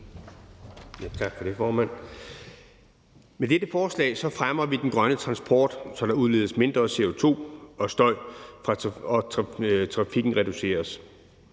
Med dette forslag fremmer vi den grønne transport, så der udledes mindre CO2 og støj, og så trafikken reduceres.